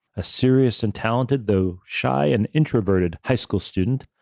a serious and talented, though shy and introverted high school student,